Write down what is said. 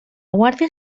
guàrdia